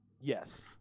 yes